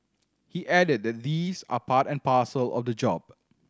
he added that these are part and parcel of the job